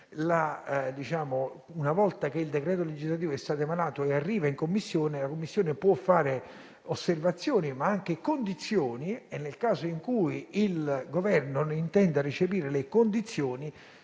una volta che il decreto legislativo è stato emanato e arriva in Commissione, che la Commissione possa fare osservazioni ma anche porre condizioni e, nel caso in cui il Governo non intenda recepirle,